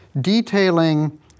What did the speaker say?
detailing